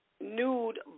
nude